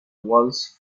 walls